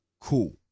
cool